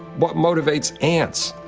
what motivates ants?